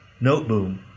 Noteboom